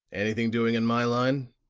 anything doing in my line?